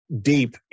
deep